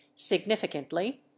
significantly